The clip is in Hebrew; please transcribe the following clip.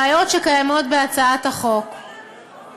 הסיבה שאני מדברת בלשון